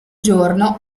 giorno